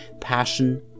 passion